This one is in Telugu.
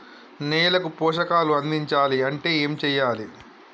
నేలకు పోషకాలు అందించాలి అంటే ఏం చెయ్యాలి?